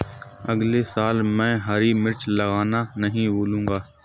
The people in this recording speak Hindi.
अगले साल मैं हरी मिर्च लगाना नही भूलूंगा